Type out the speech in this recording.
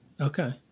Okay